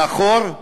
מאחור,